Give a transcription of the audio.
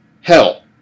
Hell